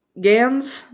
Gans